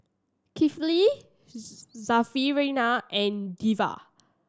Kifli Syarafina and Dewi